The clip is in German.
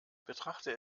betrachte